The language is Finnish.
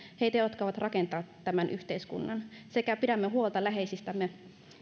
heitä jotka ovat rakentaneet tämän yhteiskunnan sekä pidämme huolta läheisistämme